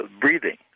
breathing